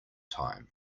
time